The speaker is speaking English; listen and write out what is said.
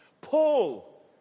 Paul